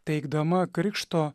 teikdama krikšto